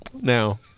now